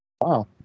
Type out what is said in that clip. Wow